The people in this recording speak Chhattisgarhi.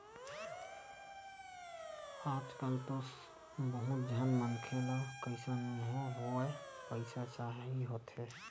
आजकल तो बहुत झन मनखे ल कइसनो होवय पइसा चाही होथे